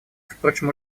впрочем